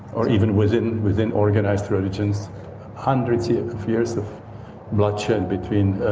or even within within organized religions hundreds yeah of of years of bloodshed between